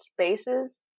spaces